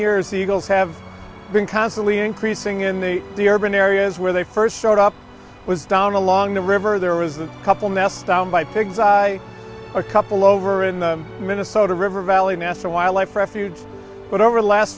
years eagles have been constantly increasing in the urban areas where they first showed up was down along the river there was a couple nests down by pigs i a couple over in minnesota river valley nasa wildlife refuge but